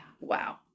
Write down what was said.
Wow